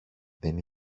δεν